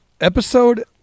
episode